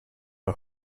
all